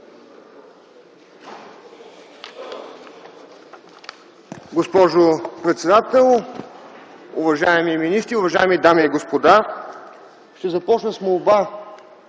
Госпожо председател, уважаеми министри, уважаеми дами и господа! Ще започна с молба